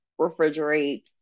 refrigerate